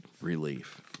relief